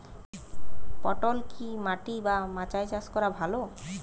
পটল কি মাটি বা মাচায় চাষ করা ভালো?